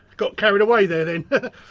got carried away there!